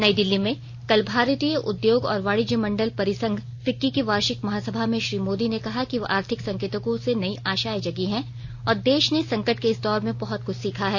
नई दिल्ली में कल भारतीय उद्योग और वाणिज्य मण्डल परिसंघ फिक्की की वार्षिक महासभा में श्री मोदी ने कहा कि आर्थिक संकेतकों से नयी आशाएं जगी हैं और देश ने संकट के इस दौर में बहत कृछ सीखा है